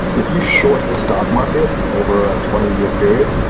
if you short the stock market over a twenty year period,